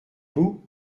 vous